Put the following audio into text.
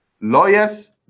lawyers